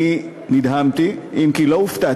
אני נדהמתי, אם כי לא הופתעתי,